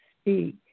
speak